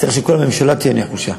צריך שכל הממשלה תהיה נחושה.